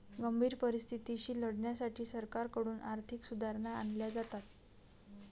गंभीर परिस्थितीशी लढण्यासाठी सरकारकडून आर्थिक सुधारणा आणल्या जातात